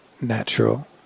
natural